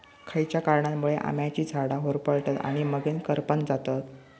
खयच्या कारणांमुळे आम्याची झाडा होरपळतत आणि मगेन करपान जातत?